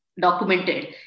documented